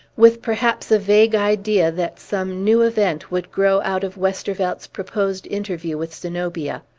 with perhaps a vague idea that some new event would grow out of westervelt's proposed interview with zenobia.